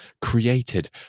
created